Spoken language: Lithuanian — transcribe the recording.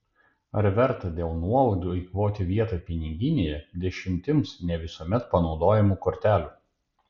ar verta dėl nuolaidų eikvoti vietą piniginėje dešimtims ne visuomet panaudojamų kortelių